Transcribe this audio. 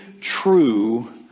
true